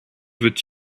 veut